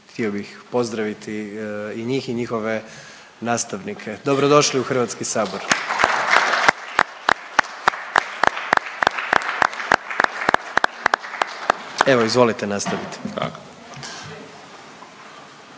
htio bih pozdraviti i njih i njihove nastavnike, dobrodošli u Hrvatski sabor. Evo, izvolite, nastavite.